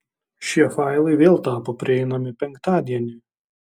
šie failai vėl tapo prieinami penktadienį